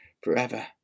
forever